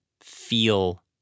feel